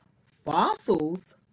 fossils